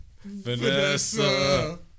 Vanessa